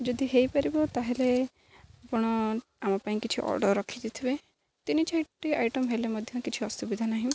ଯଦି ହେଇପାରିବ ତାହେଲେ ଆପଣ ଆମ ପାଇଁ କିଛି ଅର୍ଡ଼ର୍ ରଖିଦେଇଥିବେ ତିନି ଚାରିଟି ଆଇଟମ୍ ହେଲେ ମଧ୍ୟ କିଛି ଅସୁବିଧା ନାହିଁ